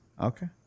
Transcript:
Okay